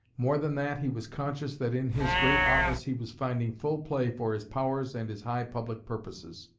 more than that, he was conscious that in his great office he was finding full play for his powers and his high public purposes.